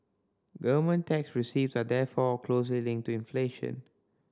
government tax receipts are therefore closely linked to inflation